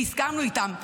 והסכמנו איתם.